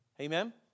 Amen